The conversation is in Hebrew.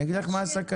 אני אגיד לך מה הסכנה.